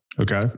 Okay